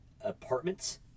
apartments